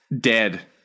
dead